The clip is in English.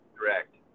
Correct